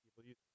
people